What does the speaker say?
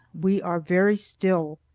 we are very still.